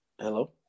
Hello